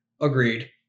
agreed